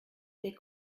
fait